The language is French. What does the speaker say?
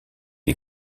est